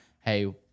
Hey